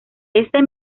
este